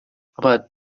aber